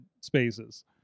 spaces